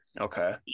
Okay